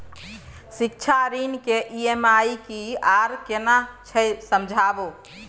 शिक्षा ऋण के ई.एम.आई की आर केना छै समझाबू?